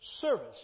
service